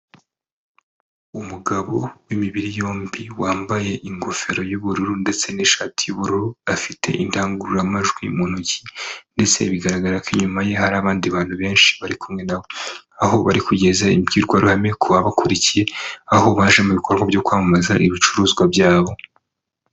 Umugabo w'imibiri yombi wambaye ingofero y'ubururu ndetse n'ishati y'ubururu, afite indangururamajwi mu ntoki, ndetse bigaragara ko inyuma ye hari abandi bantu benshi bari kumwe na we. Aho bari kugeza imbwirwaruhame ku bakurikiye, aho baje mu bikorwa byo kwamamaza ibicuruzwa byabo.